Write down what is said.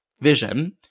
vision